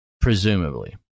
presumably